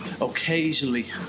Occasionally